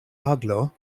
aglo